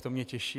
To mě těší.